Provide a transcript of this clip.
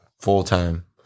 full-time